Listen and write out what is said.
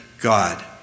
God